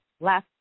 last